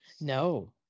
No